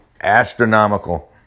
astronomical